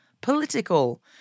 political